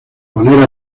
poner